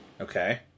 Okay